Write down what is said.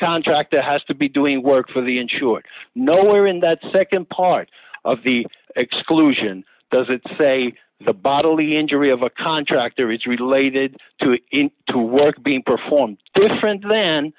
contractor has to be doing work for the insured nowhere in that nd part of the exclusion does it say the bodily injury of a contractor is related to to work being performed different then